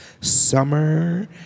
summer